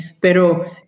pero